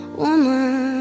woman